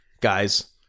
guys